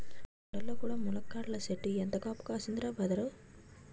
కొండల్లో కూడా ములక్కాడల సెట్టు ఎంత కాపు కాస్తందిరా బదరూ